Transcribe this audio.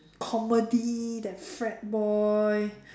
comedy that frat boy